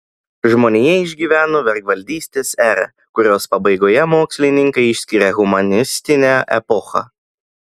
žmonija išgyveno vergvaldystės erą kurios pabaigoje mokslininkai išskiria humanistinę epochą